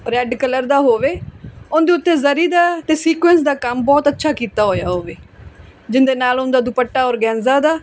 red colour ਦਾ ਹੋਵੇ ਉਹਦੇ ਉੱਤੇ ਜ਼ਰੀ ਦਾ ਅਤੇ ਸੀਕੁਐਂਸ ਦਾ ਕੰਮ ਬਹੁਤ ਅੱਛਾ ਕੀਤਾ ਹੋਇਆ ਹੋਵੇ ਜਿਹਦੇ ਨਾਲ ਉਹਦਾ ਦੁਪੱਟਾ ਔਰਗੈਨਜਾ ਦਾ